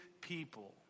people